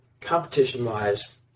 competition-wise